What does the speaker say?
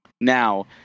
now